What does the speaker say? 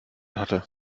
hatte